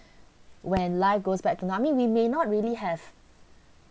when life goes back to I mean we may not really have